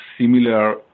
similar